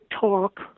talk